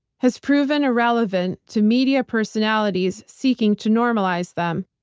has proven irrelevant to media personalities seeking to normalize them.